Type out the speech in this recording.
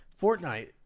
Fortnite